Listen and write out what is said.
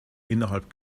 innerhalb